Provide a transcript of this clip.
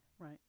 Right